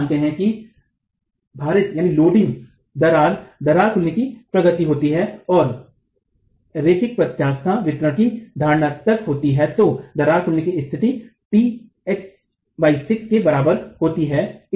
अब हम मानते हैं कि भारित दरार दरार खुलने की प्रगति होती है और रैखिक प्रत्यास्थ वितरण की धारणा तक होती है तो दरार खुलने की स्थिति tx t 6 के बराबर होती है